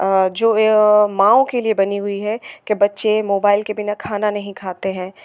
जो माँओ के लिए बनी हुई है कि बच्चे मोबाइल के बिना खाना नहीं खाते हैं